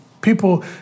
People